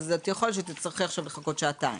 יכול להיות שתצטרכי לחכות שעתיים.